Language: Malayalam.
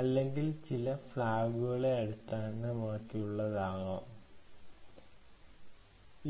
അല്ലെങ്കിൽ ചില ഫ്ലാഗുകളെ അടിസ്ഥാനമാക്കിയുള്ളതാകാം